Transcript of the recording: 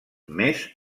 més